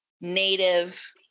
native